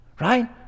Right